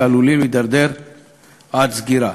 ועלולים להידרדר עד סגירה.